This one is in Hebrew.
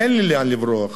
אין לי לאן לברוח.